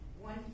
one